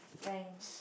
thanks